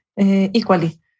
equally